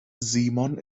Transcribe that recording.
simon